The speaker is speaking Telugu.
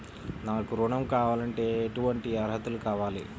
నాకు ఋణం కావాలంటే ఏటువంటి అర్హతలు కావాలి?